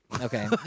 Okay